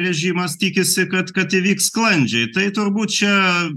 režimas tikisi kad kad įvyks sklandžiai tai turbūt čia